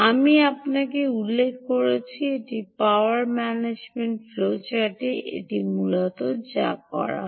আমি আপনাকে উল্লেখ করেছি এই পাওয়ার ম্যানেজমেন্ট ফ্লোচার্টে এটি মূলত যা করা হয়